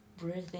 breathing